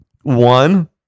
one